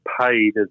paid